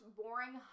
boring